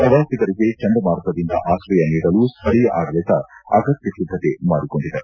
ಪ್ರವಾಸಿಗರಿಗೆ ಚಂಡಮಾರುತದಿಂದ ಆಕ್ರಯ ನೀಡಲು ಸ್ಥಳೀಯ ಆಡಳಿತ ಅಗತ್ಯ ಸಿದ್ಧತೆ ಮಾಡಿಕೊಂಡಿದೆ